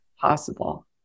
possible